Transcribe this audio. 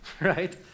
Right